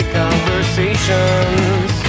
conversations